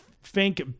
Fink